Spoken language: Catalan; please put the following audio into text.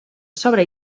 sobre